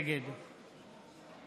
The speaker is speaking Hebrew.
נגד